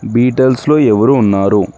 బీటల్స్లో ఎవరు ఉన్నారు